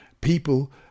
people